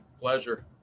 Pleasure